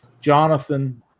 Jonathan